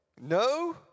No